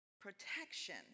protection